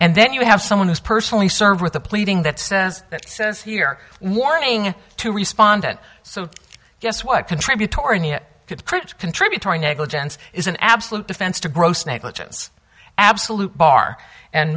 and then you have someone who's personally served with a pleading that says it says here warning to respond and so guess what contributory cripps contributory negligence is an absolute defense to gross negligence absolute bar and